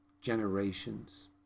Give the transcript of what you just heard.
generations